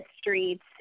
streets